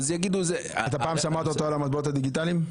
אתה פעם שמעת אותו על המטבעות הדיגיטליים?